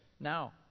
now